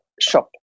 shop